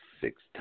six